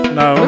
no